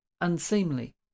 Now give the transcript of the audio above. unseemly